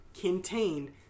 contained